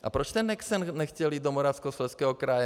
A proč ten Nexen nechtěl jít do Moravskoslezského kraje?